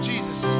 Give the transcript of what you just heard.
Jesus